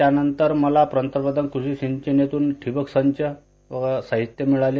त्यानंतर मला पंतप्रधान कृषी सिंचन योजनेतून ठिबक सिंचन साहित्य मिळाले